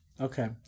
Okay